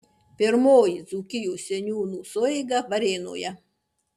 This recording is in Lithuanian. pirmoji dzūkijos seniūnų sueiga varėnoje